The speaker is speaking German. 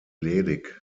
ledig